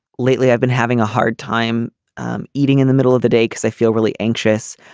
lately i've been having a hard time eating in the middle of the day because i feel really anxious.